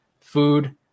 food